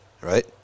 right